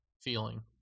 feeling